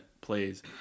plays